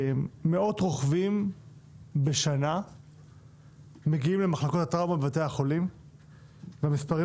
מאות רוכבים בשנה מגיעים למחלקות הטראומה בבתי החולים והמספרים